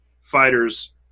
fighters